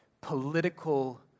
political